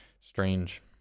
Strange